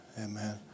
Amen